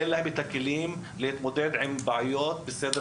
אין להן את הכלים להתמודד עם בעיות בסדר